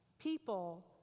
people